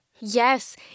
Yes